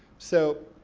so,